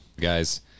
guys